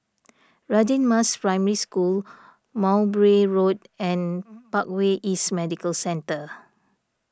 Radin Mas Primary School Mowbray Road and Parkway East Medical Centre